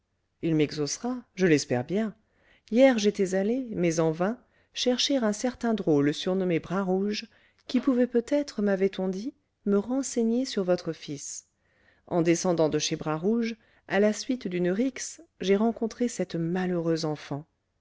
il m'exaucera je l'espère bien hier j'étais allé mais en vain chercher un certain drôle surnommé bras rouge qui pouvait peut-être mavait on dit me renseigner sur votre fils en descendant de chez bras rouge à la suite d'une rixe j'ai rencontré cette malheureuse enfant